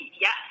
yes